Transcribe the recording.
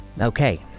Okay